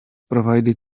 provided